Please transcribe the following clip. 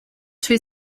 two